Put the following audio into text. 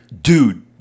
Dude